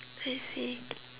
I see